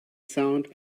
sound